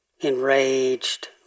enraged